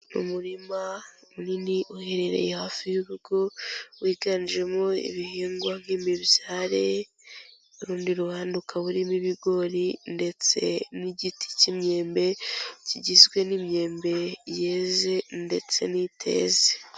Umurima munini uherereye hafi y'urugo, wiganjemo ibihingwa nk'imibyare, urundi ruhande ukaba urimo ibigori ndetse n'igiti cy'imyembe kigizwe n'imyembe yeze ndetse n'iteze.